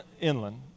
inland